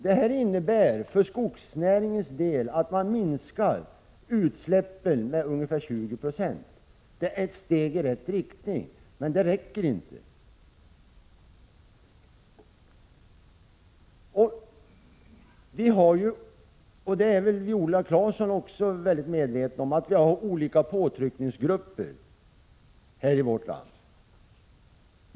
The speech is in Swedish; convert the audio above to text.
Det betyder för skogsnäringens del att utsläppen minskar med 20 26. Det är ett steg i rätt riktning, men det räcker inte. Viola Claesson är förmodligen också mycket väl medveten om att det finns olika påtryckningsgrupper här i vårt land.